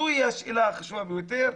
זוהי השאלה החשובה ביותר.